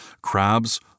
Crabs